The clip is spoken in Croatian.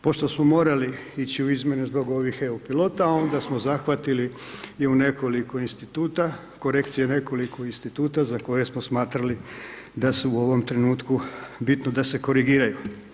Pošto smo morali ići u izmjene zbog ovih EU pilota, onda smo zahvatili i u nekoliko Instituta, korekcije nekoliko Instituta, za koje smo smatrali da su u ovom trenutku, bitno da se korigiraju.